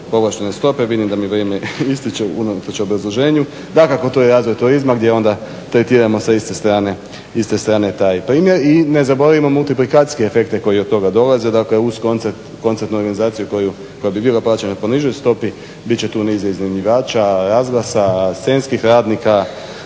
povlaštene stope. Vidim da mi vrijeme ističe unatoč obrazloženju. Dakako to je razvoj turizma gdje onda tretiramo sa iste strane taj primjer i ne zaboravimo mulitplekacijske efekte koji od toga dolaze, znači uz koncertnu organizaciju koja bi bila plaćena po nižoj stopi, bit će tu niza iznajmljivača, razglasa, scenskih radnika,